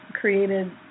created